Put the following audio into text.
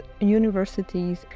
universities